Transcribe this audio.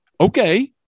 okay